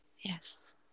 Yes